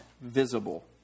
visible